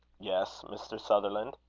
yes, mr. sutherland.